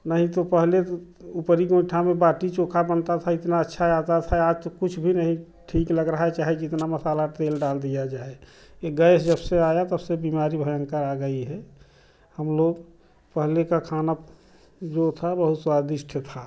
नहीं तो पहले ऊपरी को गोइठा में बाटी चोखा बनता था इतना अच्छा आता था आज तो कुछ भी नहीं ठीक लग रहा है चाहे जितना मसाला तेल डाल दिया जाए यह गैस जब से आया तब से बीमारी भयंकर आ गई है हम लोग पहले का खाना जो था बहुत स्वादिष्ट था